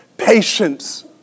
Patience